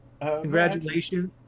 Congratulations